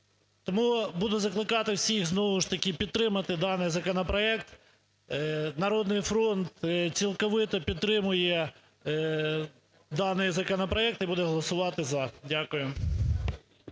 Тому буду закликати всіх знову ж таки підтримати даний законопроект. "Народний фронт" цілковито підтримує даний законопроект і буде голосувати "за". Дякую.